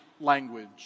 language